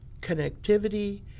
connectivity